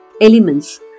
elements